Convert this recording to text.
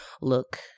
look